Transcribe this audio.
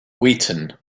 wheaton